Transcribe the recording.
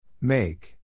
Make